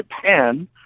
Japan